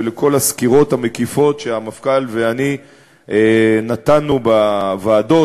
ולכל הסקירות המקיפות שהמפכ"ל ואני נתנו בוועדות,